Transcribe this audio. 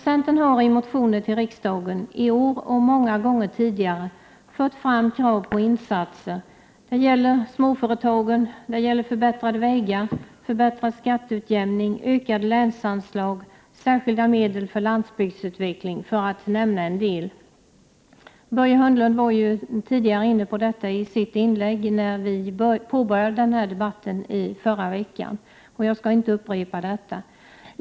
Centern har i motioner till riksdagen i år och många gånger tidigare fört fram krav på insatser — det gäller insatser för småföretagen, förbättrade vägar, förbättrad skatteutjämning, ökade länsanslag och särskilda medel för landsbygdsutveckling, för att nämna en del av våra krav. Börje Hörnlund redogjorde för detta i sitt inlägg när debatten påbörjades i förra veckan, och jag skall inte upprepa vad han sade.